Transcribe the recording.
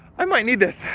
i might need this.